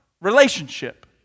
Relationship